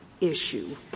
issue